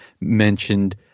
mentioned